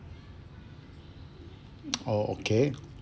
orh okay